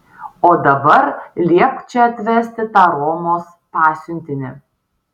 o dabar liepk čia atvesti tą romos pasiuntinį